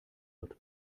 wird